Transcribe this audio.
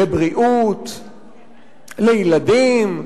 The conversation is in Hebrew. לבריאות, לילדים,